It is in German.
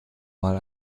mal